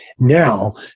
now